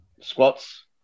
Squats